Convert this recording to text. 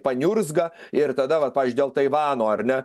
paniurzga ir tada vat pavyzdžiui dėl taivano ar ne